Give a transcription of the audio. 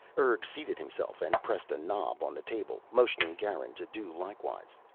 urg seated himself and pressed a knob on the table, motioning garin to do likewise.